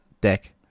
deck